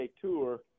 Tour